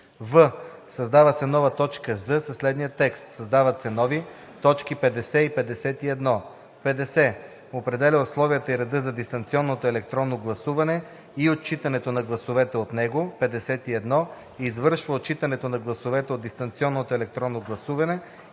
В/ Създава се нова точка з) със следния текст: „създава се нови точки 50 и 51: „50. определя условията и реда за дистанционното електронно гласуване и отчитането на гласовете от него. 51. Извършва отчитането на гласовете от дистанционното електронно гласуване